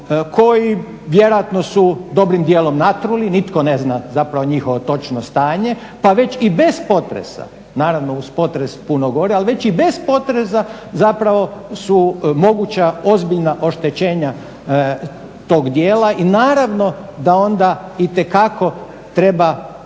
koji vjerojatno su dobrim djelom natruli, zapravo nitko ne zna točno njihovo točno stanje pa već i bez potresa, naravno uz potres puno gore, ali već i bez potresa zapravo su moguća ozbiljna oštećenja tog dijela i naravno da onda itekako treba